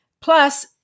Plus